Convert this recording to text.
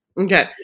Okay